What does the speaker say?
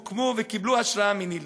קיבלו השראה מניל"י.